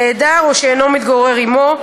נעדר או שאינו מתגורר עמו,